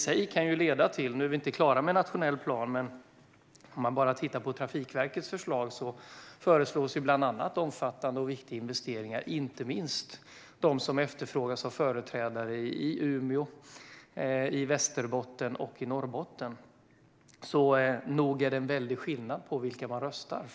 Vi är visserligen inte klara med den nationella planen, men Trafikverket föreslår omfattande och viktiga investeringar - inte minst sådana som efterfrågas av företrädare i Umeå, i Västerbotten och i Norrbotten. Nog är det en väldig skillnad på vilka man röstar på.